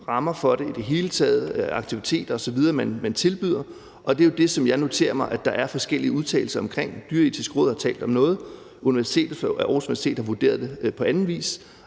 rammer for det i det hele taget, altså aktiviteter osv., man tilbyder? Og det er jo det, som jeg noterer mig at der er forskellige udtalelser omkring. Det Dyreetiske Råd har talt om noget, Aarhus Universitet har vurderet det på anden vis,